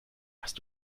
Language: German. hast